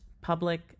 Public